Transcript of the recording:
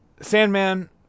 Sandman